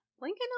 Lincoln